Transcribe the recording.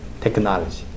technology